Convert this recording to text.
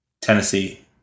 Tennessee